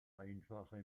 einfache